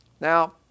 Now